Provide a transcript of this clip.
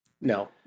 no